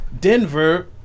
Denver